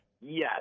Yes